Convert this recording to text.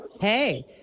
hey